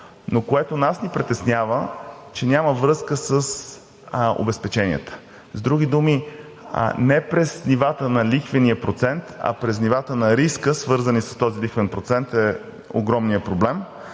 но което нас ни притеснява, че няма връзка с обезпеченията. С други думи не през нивата на лихвения процент, а през нивата на риска, свързани с този лихвен процент, е огромният проблем.